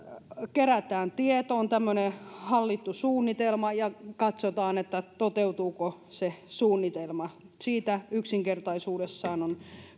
kerätään tietoa on tämmöinen hallittu suunnitelma ja katsotaan toteutuuko se suunnitelma siitä yksinkertaisuudessaan on